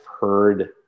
heard